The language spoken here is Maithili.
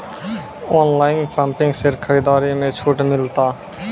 ऑनलाइन पंपिंग सेट खरीदारी मे छूट मिलता?